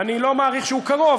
אני לא מעריך שהוא קרוב,